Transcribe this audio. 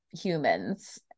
humans